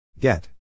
Get